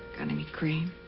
any cream?